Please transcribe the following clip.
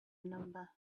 number